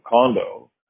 condo